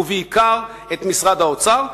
ובעיקר את משרד האוצר.